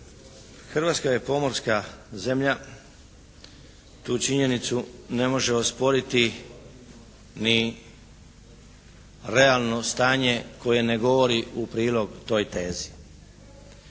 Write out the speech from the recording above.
Hrvatska je pomorska zemlja, tu činjenicu ne može osporiti ni realno stanje koje ne govori u prilog toj tezi.